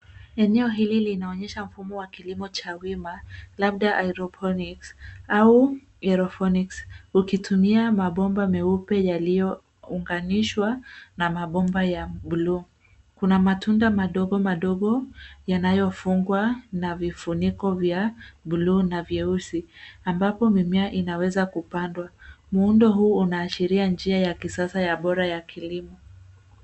Eneo hili linaonyesha mfumo wa kilimo cha wima labda hydroponics au aerofonics ukitumia mabomba meupe yaliyounganishwa na mabomba ya buluu. Kuna matunda madogo madogo yanayofungwa na vifuniko vya buluu na vyeusi ambapo mimea inaweza kupandwa. Muundo huu unaashiria njia ya kisasa ya bora ya kilimo.